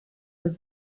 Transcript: was